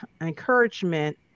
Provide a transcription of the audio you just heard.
encouragement